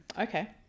Okay